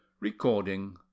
Recording